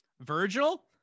Virgil